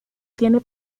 tiene